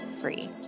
free